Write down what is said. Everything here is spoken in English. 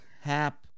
Hap